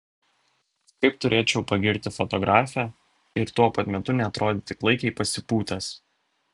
kaip turėčiau pagirti fotografę ir tuo pat metu neatrodyti klaikiai pasipūtęs